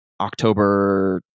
October